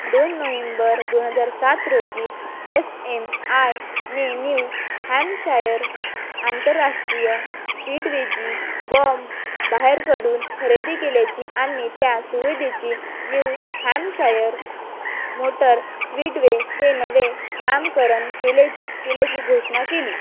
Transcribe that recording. दोन नोहेंबर दोन हजार सात रोजी येस एम आय ने न्यू हॅमशायर आंतरराष्ट्रीय स्पीडवेची बॉम्ब बाहेरकडून खरेदी केल्याची आणि त्या सुविधेची न्यू हॅमशायर मोटर स्पीडवे हे नवे नामकरण केले केल्याची घोषणा केली